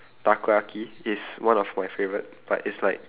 takoyaki is one of my favourite but it's like